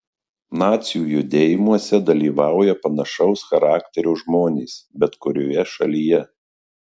nacių judėjimuose dalyvauja panašaus charakterio žmonės bet kurioje šalyje